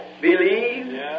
believe